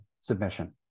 submission